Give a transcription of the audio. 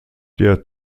der